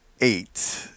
eight